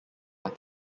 are